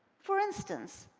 for instance,